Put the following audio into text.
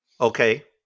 Okay